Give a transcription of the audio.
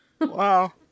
wow